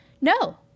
No